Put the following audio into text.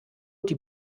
die